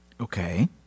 Okay